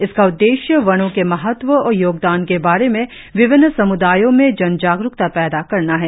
इसका उद्देश्य वनों के महत्व और योगदान के बारे में विभिन्न सम्दायों में जन जागरूकता पैदा करना है